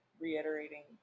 reiterating